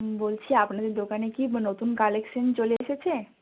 হুঁ বলছি আপনাদের দোকানে কি মানে নতুন কালেকশন চলে এসেছে